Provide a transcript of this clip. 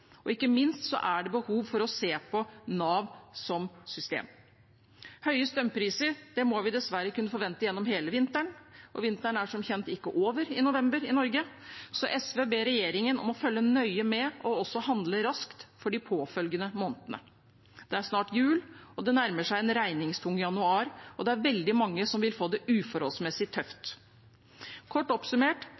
Ikke minst er det behov for å se på Nav som system. Høye strømpriser må vi dessverre kunne forvente gjennom hele vinteren, og vinteren i Norge er som kjent ikke over i november. SV ber regjeringen følge nøye med og også handle raskt for de påfølgende månedene. Det er snart jul, og det nærmer seg en regningstung januar. Det er veldig mange som vil få det uforholdsmessig tøft. Kort oppsummert: